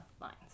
lines